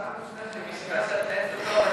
זו פעם ראשונה, אני מאחל לך.